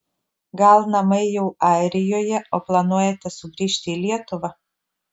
gal namai jau airijoje o planuojate sugrįžti į lietuvą